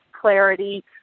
clarity